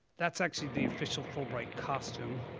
that's actually the official fulbright costume.